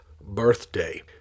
birthday